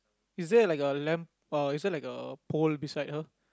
is there like a lamp uh is there like a pole beside her